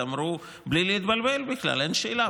אמרו בלי להתבלבל בכלל: אין שאלה,